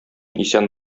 исән